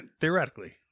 theoretically